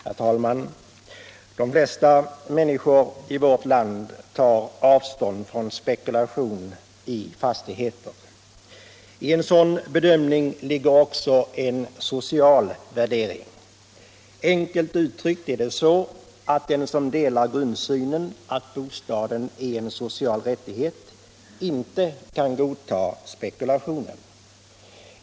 Herr talman! De flesta människor i vårt land tar avstånd från spekulation i fastigheter. I en sådan bedömning ligger också en social värdering. Enkelt uttryckt är det så att den som delar grundsynen att bostaden är en social rättighet inte kan godta spekulationen i fastigheter.